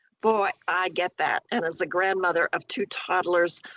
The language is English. boy, i get that. and as a grandmother of two toddlers,